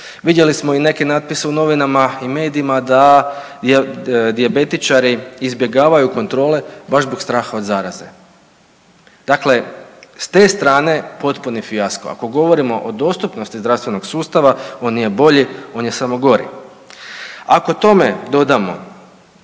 Vidjeli smo i neke natpise u novinama i medijima da dijabetičari izbjegavaju kontrole baš zbog straha od zaraze. Dakle, s te strane potpuni fijasko. Ako govorimo o dostupnosti zdravstvenog sustava on nije bolji, on je samo godi. Ako tome dodamo